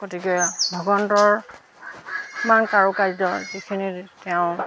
গতিকে ভগৱন্তৰ ইমান কাৰুকাৰ্য যিখিনি তেওঁ